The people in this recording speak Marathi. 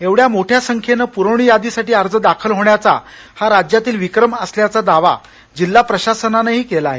एवढ्या मोठ्या संख्येनं पुवणी यादीसाठी अर्ज दाखल होण्याचा हा राज्यातील विक्रम असल्याचा दावा जिल्हा प्रशासनानही केला आहे